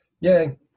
Yay